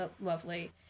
lovely